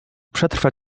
przetrwa